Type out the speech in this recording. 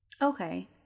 okay